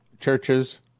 churches